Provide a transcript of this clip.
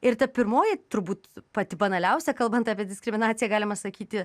ir ta pirmoji turbūt pati banaliausia kalbant apie diskriminaciją galima sakyti